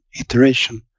iteration